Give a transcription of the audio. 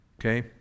Okay